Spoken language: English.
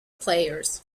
players